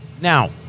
now